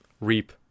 reap